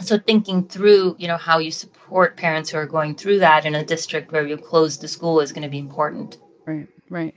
so thinking through, you know, how you support parents who are going through that in a district where you close the school is going to be important right, right.